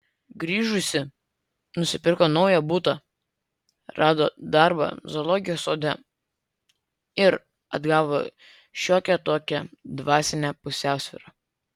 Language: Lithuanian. grįžusi nusipirko naują butą rado darbą zoologijos sode ir atgavo šiokią tokią dvasinę pusiausvyrą